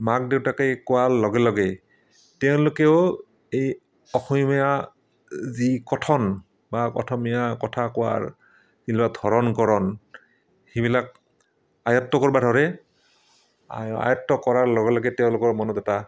মাক দেউতাকে কোৱাৰ লগে লগে তেওঁলোকেও এই অসমীয়া যি কথন বা অসমীয়া কথা কোৱাৰ যিবিলাক ধৰণ কৰণ সেইবিলাক আয়ত্ত কৰিব ধৰে আৰু আয়ত্ত কৰাৰ লগে লগে তেওঁলোকৰ মনত এটা